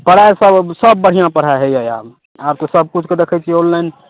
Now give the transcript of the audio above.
पढ़ाइ सब सब बढ़िआँ पढ़ाइ होइए आब आब तऽ सबकिछुके देखै छिए ऑनलाइन